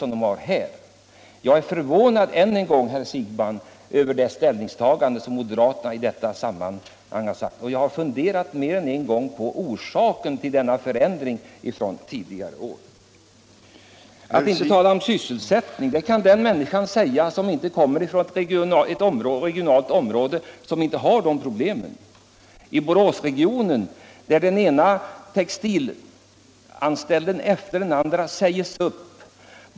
Jag är som sagt förvånad, herr Siegbahn, över det ställningstagande som moderaterna i detta sammanhang har gjort. Jag har funderat mer än en gång på orsaken till denna förändring från tidigare år. Vi skall inte tala om sysselsättningen, säger herr Siegbahn. Ja, det kan den säga som kommer från ett område där man inte har sysselsättningsproblem. I Boråsregionen blir den ena anställda efter den andra i textilindustrin uppsagd.